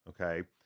okay